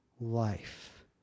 life